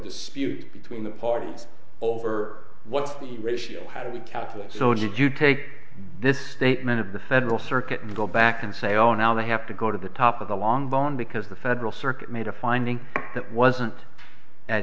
dispute between the parties over what's the ratio how do we calculate so did you take this statement of the federal circuit and go back and say oh now they have to go to the top of the long bond because the federal circuit made a finding that wasn't an